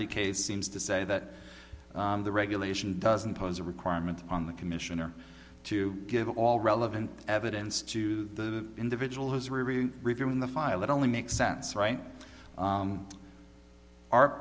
y case seems to say that the regulation doesn't pose a requirement on the commissioner to give all relevant evidence to the individual whose review reviewing the file it only makes sense right